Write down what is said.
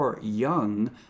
young